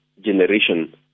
generation